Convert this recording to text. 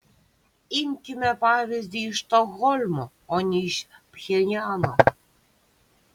imkime pavyzdį iš stokholmo o ne iš pchenjano